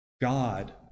God